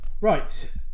Right